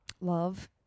love